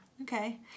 okay